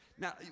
Now